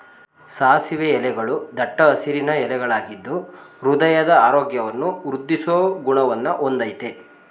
ಸಾಸಿವೆ ಎಲೆಗಳೂ ದಟ್ಟ ಹಸಿರಿನ ಎಲೆಗಳಾಗಿದ್ದು ಹೃದಯದ ಆರೋಗ್ಯವನ್ನು ವೃದ್ದಿಸೋ ಗುಣವನ್ನ ಹೊಂದಯ್ತೆ